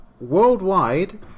worldwide